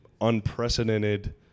unprecedented